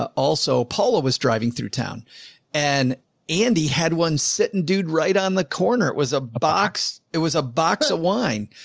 ah also paula was driving through town and andy had one sit and dude, right on the corner, it was a box. it was a box of wine.